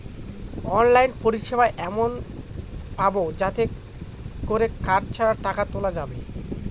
online পরিষেবা এমন পাবো যাতে করে কার্ড ছাড়া টাকা তোলা যাবে